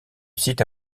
site